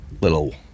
little